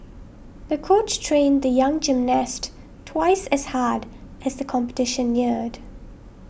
the coach trained the young gymnast twice as hard as the competition neared